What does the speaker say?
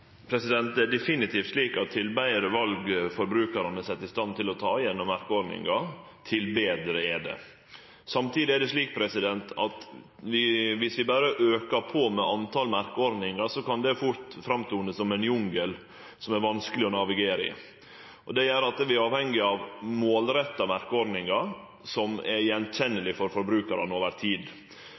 Det er definitivt slik at dess betre val forbrukarane vert sette i stand til å ta gjennom merkeordninga, dess betre er det. Samtidig er det slik at viss vi berre aukar på med merkeordningar, kan det fort fortone seg som ein jungel som det er vanskeleg å navigere i. Det gjer at vi er avhengige av å ha målretta merkeordningar som er gjenkjennelege for forbrukarane over tid.